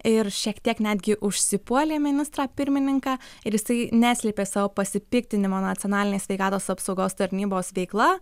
ir šiek tiek netgi užsipuolė ministrą pirmininką ir jisai neslėpė savo pasipiktinimo nacionalinės sveikatos apsaugos tarnybos veikla